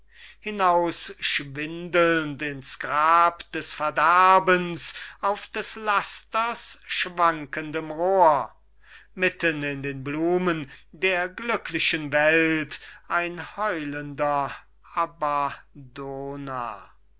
hinausschwindelnd in's grab des verderbens auf des lasters schwankendem rohr mitten in den blumen der glücklichen welt ein heulender